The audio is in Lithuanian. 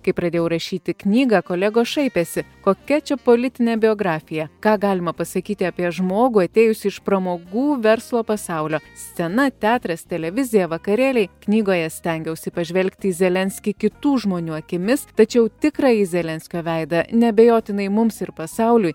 kai pradėjau rašyti knygą kolegos šaipėsi kokia čia politinė biografija ką galima pasakyti apie žmogų atėjusį iš pramogų verslo pasaulio scena teatras televizija vakarėliai knygoje stengiausi pažvelgti į zelenskį kitų žmonių akimis tačiau tikrąjį zelenskio veidą neabejotinai mums ir pasauliui